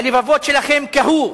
הלבבות שלכם קהו,